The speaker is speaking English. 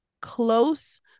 close